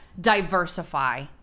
diversify